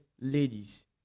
ladies